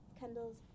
Kendall's